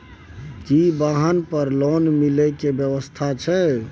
की वाहन पर लोन मिले के व्यवस्था छै?